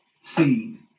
seen